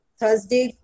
Thursday